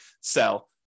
sell